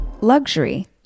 Luxury